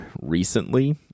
recently